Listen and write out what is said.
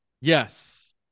Yes